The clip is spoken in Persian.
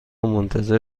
منتظر